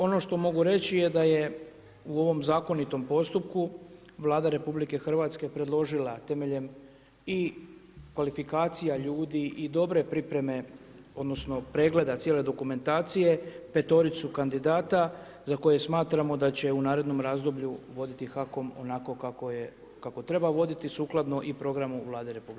Ono što mogu reći je da je u ovom zakonitom postupku Vlada RH predložila temeljem i kvalifikacija ljudi i dobre pripreme, odnosno pregleda cijele dokumentacije petoricu kandidata za koje smatramo da će u narednom razdoblju voditi HAKOM onako kako treba voditi sukladno i programu Vlade RH.